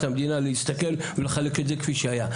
המדינה להסתכל ולחלק את זה כפי שהיה,